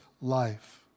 life